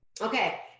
Okay